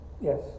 yes